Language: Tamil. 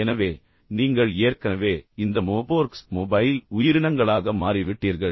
எனவே நீங்கள் ஏற்கனவே இந்த மொபோர்க்ஸ் மொபைல் உயிரினங்களாக மாறிவிட்டீர்கள்